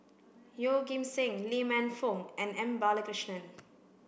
Yeoh Ghim Seng Lee Man Fong and M Balakrishnan